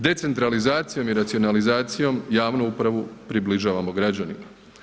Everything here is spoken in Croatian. Decentralizacijom i racionalizacijom javnu upravu približavamo građanima.